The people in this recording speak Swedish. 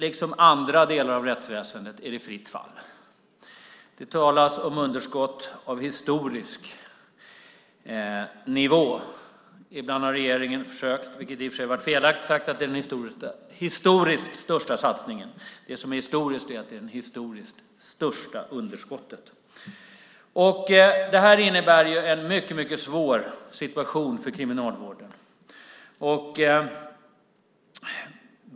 Liksom i andra delar av rättsväsendet är det fritt fall. Det talas om underskott av historisk nivå. Ibland har regeringen försökt säga, vilket i och för sig är felaktigt, att det här är den historiskt största satsningen. Det som är historiskt är att det är det historiskt största underskottet. Det här innebär en mycket svår situation för Kriminalvården.